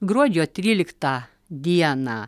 gruodžio tryliktą dieną